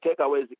takeaways